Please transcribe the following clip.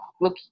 look